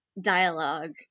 dialogue